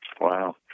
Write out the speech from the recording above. Wow